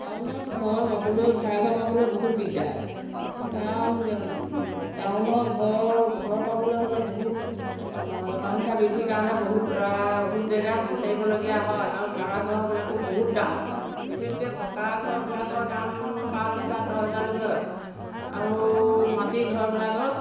টাউনত ঘৰ পাবলৈ ভাড়াঘৰ পাবলৈ বহুত দিগদাৰ কাৰণ টাউনৰ ঘৰ ঘৰ পাবলৈ হ'লে বহুত জনসংখ্যা বৃদ্ধিৰ কাৰণে বহুত বহুত জেগাত বিচাৰিবলগীয়া হয় আৰু ভাড়া ঘৰবিলাকো বহুত দাম বিশেষকৈ পকা ঘৰবিলাকৰ দাম পাঁচ হেজাৰ দহ হেজাৰলৈকে হয় আৰু মাটিঘৰবিলাকৰ